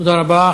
תודה רבה.